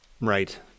Right